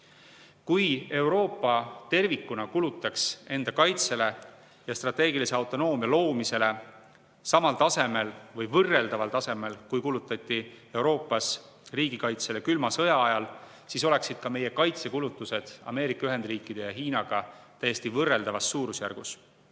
Kui Euroopa tervikuna kulutaks enda kaitsele ja strateegilise autonoomia loomisele samal tasemel või võrreldaval tasemel, kui kulutati Euroopas riigikaitsele külma sõja ajal, siis oleksid ka meie kaitsekulutused Ameerika Ühendriikide ja Hiinaga täiesti võrreldavas suurusjärgus.